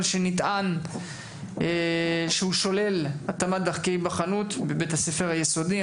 שנטען שהוא שולל התאמת דרכי היבחנות בבית הספר היסודי.